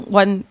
one